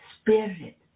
spirit